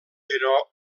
però